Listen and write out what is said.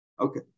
Okay